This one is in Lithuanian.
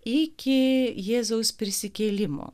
iki jėzaus prisikėlimo